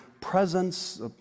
presence